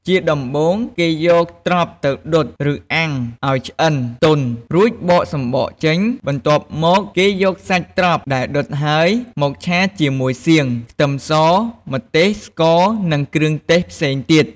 ជាដំបូង គេយកត្រប់ទៅដុត ឬអាំងឱ្យឆ្អិនទន់ រួចបកសម្បកចេញ បន្ទាប់មក គេយកសាច់ត្រប់ដែលដុតហើយ មកឆាជាមួយសៀង ខ្ទឹមស ម្ទេស ស្ករ និងគ្រឿងទេសផ្សេងទៀត។